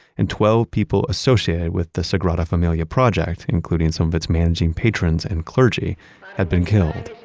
and twelve people associated with the sagrada familia project including some of its managing patrons and clergy had been killed